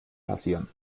passieren